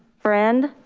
friend.